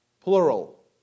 plural